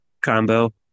combo